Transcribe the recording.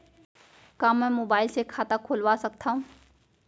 का मैं मोबाइल से खाता खोलवा सकथव?